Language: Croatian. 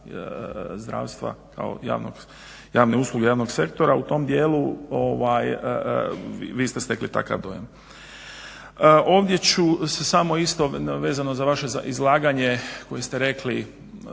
zdravstva kao javne usluge javnog sektora u tom dijelu vi ste stekli takav dojam. Ovdje ću se samo isto vezano za vaše izlaganje koje ste rekli